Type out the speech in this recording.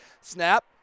Snap